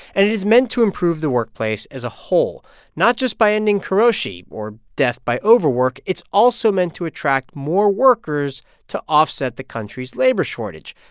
and it is meant to improve the workplace as a whole not just by ending karoshi, or death by overwork, it's also meant to attract more workers to offset the country's labor shortage.